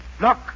Look